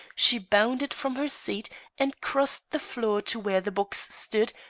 she bounded from her seat and crossed the floor to where the box stood,